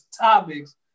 topics